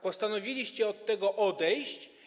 Postanowiliście od tego odejść.